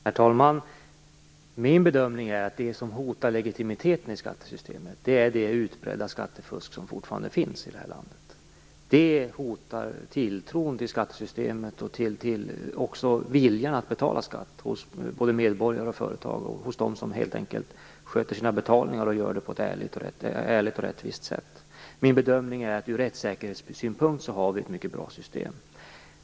Herr talman! Min bedömning är att det som hotar legitimiteten i skattesystemet är det utbredda skattefusk som fortfarande finns i det här landet. Det hotar tilltron till skattesystemet och även viljan att betala skatt hos både medborgare och företag och de som helt enkelt sköter sina betalningar på ett ärligt och rättvist sätt. Min bedömning är att vi ur rättssäkerhetssynpunkt har ett mycket bra system.